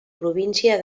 província